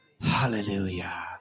hallelujah